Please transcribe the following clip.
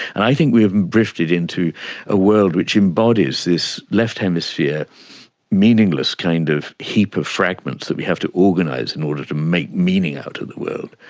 and i think we've drifted into a world which embodies this left hemisphere meaningless kind of heap of fragments that we have to organise in order to make meaning out of the world.